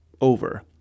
over